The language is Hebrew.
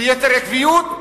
וביתר עקביות,